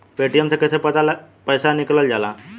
Paytm से कैसे पैसा निकलल जाला?